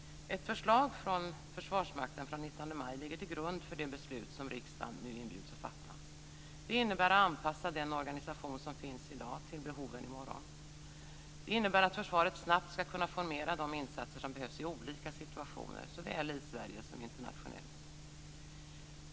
Ett förslag från Försvarsmakten den 19 maj ligger till grund för det beslut som riksdagen nu inbjuds att fatta. Det innebär att anpassa den organisation som finns i dag till behoven i morgon. Det innebär att försvaret snabbt ska kunna formera de insatser som behövs i olika situationer, såväl i Sverige som internationellt.